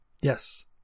Yes